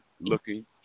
Looking